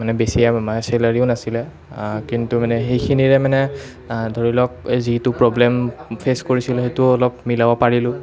মানে বেছি চেলাৰিও নাছিলে কিন্তু মানে সেইখিনিৰে মানে ধৰি লওক যিটো প্ৰব্লেম ফেচ কৰিছিলোঁ সেইটো অলপ মিলাব পাৰিলোঁ